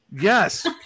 yes